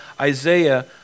Isaiah